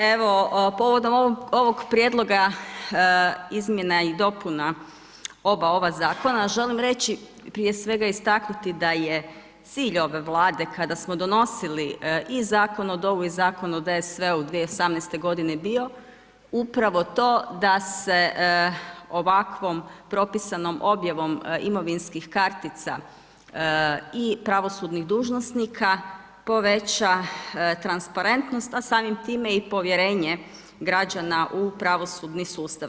Evo povodom ovog prijedloga izmjena i dopuna oba ova zakona, želim reći i prije svega istaknuti da je cilj ove Vlade kada smo donosili i Zakon o DOV-u i Zakon o DSV-u 2018. g. je bio upravo to da se ovakvom propisanom objavom imovinskih kartica i pravosudnih dužnosnika poveća transparentnost i samim time i povjerenje građana u pravosudni sustav.